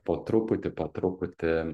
po truputį po truputį